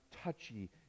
touchy